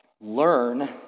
learn